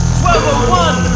12:01